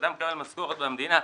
אדם מקבל משכורת מהמדינה,